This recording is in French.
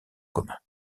commun